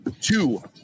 two